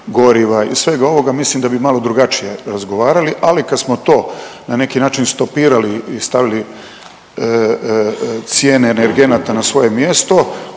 goriva i svega ovoga mislim da bi malo drugačije razgovarali. Ali kad smo to na neki način stopirali i stavili cijene energenata na svoje mjesto